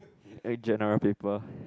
eh general paper